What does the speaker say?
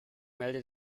melde